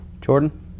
Jordan